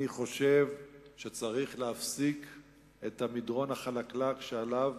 אני חושב שצריך להפסיק את המדרון החלקלק שעליו